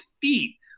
feet